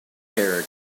terror